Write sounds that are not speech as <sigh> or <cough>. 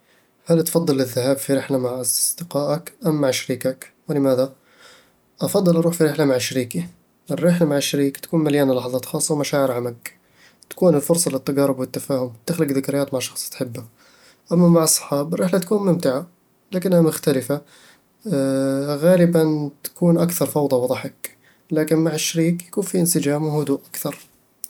هل تفضل الذهاب في رحلة مع أص-أصدقائك أم مع شريكك؟ ولماذا؟ أفضل أروح في رحلة مع شريكي. الرحلة مع الشريك تكون مليانة لحظات خاصة ومشاعر أعمق. تكون الفرصة للتقارب والتفاهم، وتخلق ذكريات مع شخص تحبه. أما مع الصحاب، الرحلة تكون ممتعة، لكنها مختلفة <hesitation> غالبًا أكثر فوضى وضحك، لكن مع الشريك، يكون فيه انسجام وهدوء أكثر.